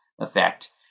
effect